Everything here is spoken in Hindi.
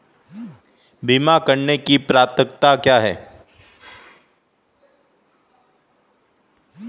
बीमा करने की पात्रता क्या है?